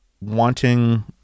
wanting